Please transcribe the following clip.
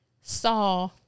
saw